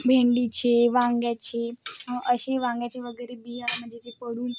भेंडीचे वांग्याचे असे वांग्याचे वगैरे बिया म्हणजे जे पडून